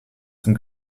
zum